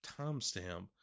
timestamp